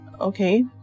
Okay